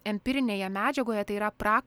empirinėje medžiagoje tai yra pra